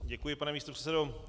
Děkuji, pane místopředsedo.